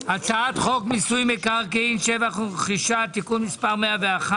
הצעת חוק מיסוי מקרקעין (שבח ורכישה) (תיקון מס' 101)